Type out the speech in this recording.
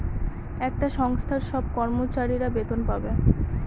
একটা সংস্থার সব কর্মচারীরা বেতন পাবে